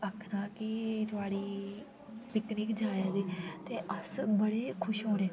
आक्खा की थुआड़ी पिकनिक जा दी ते अस बड़े खुश औने